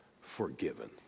forgiven